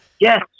yes